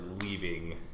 leaving